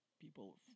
people